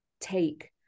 take